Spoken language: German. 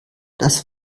das